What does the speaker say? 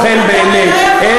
אתה הרי לא יכול, ואתה יודע את זה.